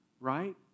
right